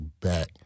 back